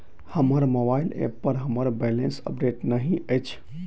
हमर mobile app पर हमर बैलेंस अपडेट नहि अछि